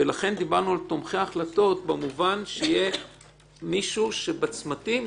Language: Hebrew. ולכן דיברנו על תומכי החלטות במובן שיהיה מישהו שיעזור בצמתים,